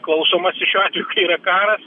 klausomasi šiuo atveju kai yra karas